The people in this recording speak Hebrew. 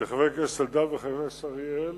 חבר הכנסת אלדד וחבר הכנסת אריאל